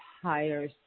higher